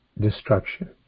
destruction